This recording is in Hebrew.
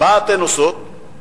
מה אתן עושות?